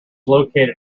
located